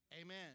Amen